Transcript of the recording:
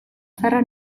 zaharra